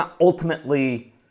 ultimately